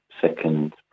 second